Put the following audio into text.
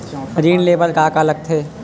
ऋण ले बर का का लगथे?